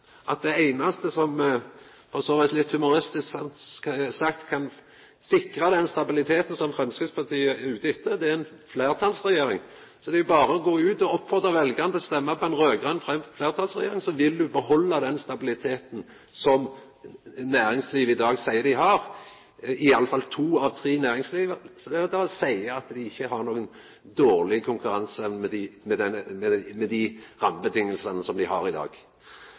at det einaste som – for så vidt litt humoristisk sagt – kan sikra den stabiliteten som Framstegspartiet er ute etter, er ei fleirtalsregjering. Så då er det jo berre å gå ut og oppfordra veljarane til å stemma på ei raud-grøn fleirtalsregjering, sånn at me kan behalda den stabiliteten som næringslivet i dag seier dei har – iallfall seier to av tre i næringslivet at dei ikkje har noka dårleg konkurranseevne med dei